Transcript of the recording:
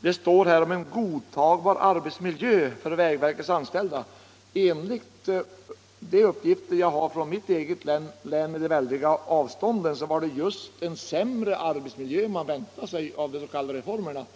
Det talas därom ”en godtagbar arbetsmiljö för vägverkets anställda”. Enligt de uppgifter jag har från mitt län med de väldiga avstånden blev det emellertid en sämre arbetsmiljö än man väntat sig som en följd av de s.k. reformerna.